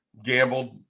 Gambled